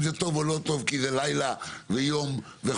זה טוב או לא טוב כי זה לילה ויום וכו',